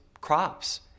crops